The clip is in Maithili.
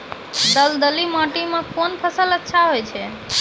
दलदली माटी म कोन फसल अच्छा होय छै?